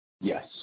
Yes